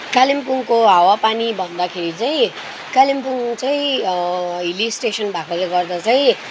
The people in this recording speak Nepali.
कालिम्पोङको हावापानी भन्दाखेरि चाहिँ कालिम्पोङ चाहिँ हिल्ली स्टेसन भएकोले गर्दा चाहिँ